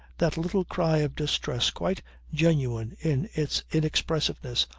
that little cry of distress quite genuine in its inexpressiveness,